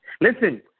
Listen